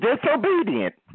disobedient